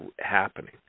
happening